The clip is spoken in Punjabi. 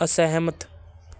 ਅਸਹਿਮਤ